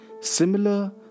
similar